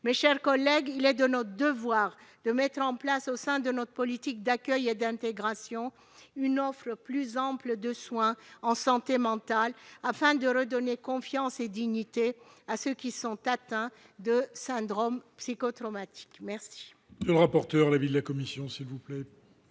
Mes chers collègues, il est de notre devoir de mettre en place, au sein de notre politique d'accueil et d'intégration, une offre plus ample de soins en santé mentale, afin de redonner confiance et dignité à ceux qui sont atteints de syndromes psychotraumatiques.